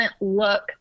look